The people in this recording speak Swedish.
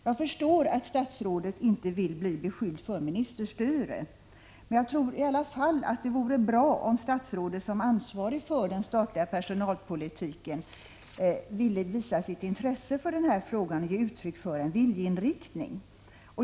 Jag förstår att statsrådet inte vill bli beskylld för ministerstyre, men jag tror i alla fall att det vore bra om statsrådet som ansvarig för den statliga personalpolitiken ville visa sitt intresse för den här frågan genom att ge uttryck för en viljeinriktning.